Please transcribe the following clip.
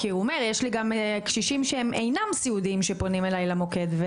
כי הוא אומר: יש לי גם קשישים שאינם סיעודיים ופונים אליי למוקד.